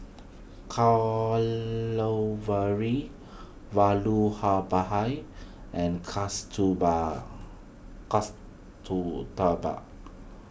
Vallabhbhai and Kasturba